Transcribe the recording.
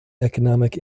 economic